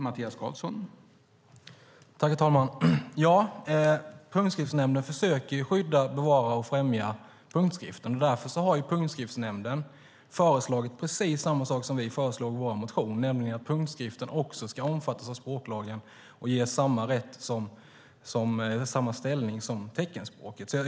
Herr talman! Punktskriftsnämnden försöker skydda, bevara och främja punktskriften. Därför har punktskriftsnämnden föreslagit precis samma sak som vi föreslog i vår motion, nämligen att punktskriften också ska omfattas av språklagen och ges samma ställning som teckenspråket.